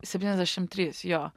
septyniasdešim trys jo